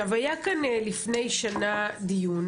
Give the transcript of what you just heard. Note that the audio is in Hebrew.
היה כאן לפני שנה דיון